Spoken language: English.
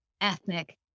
ethnic